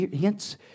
hence